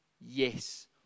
yes